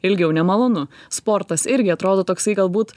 ilgiau nemalonu sportas irgi atrodo toksai galbūt